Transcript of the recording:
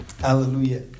Hallelujah